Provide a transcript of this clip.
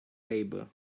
labour